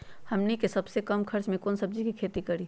हमनी के सबसे कम खर्च में कौन से सब्जी के खेती करी?